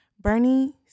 Bernie